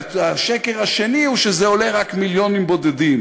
והשקר השני הוא שזה עולה רק מיליונים בודדים,